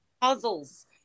puzzles